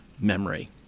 memory